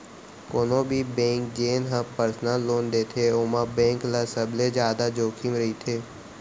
कोनो भी बेंक जेन ह परसनल लोन देथे ओमा बेंक ल सबले जादा जोखिम रहिथे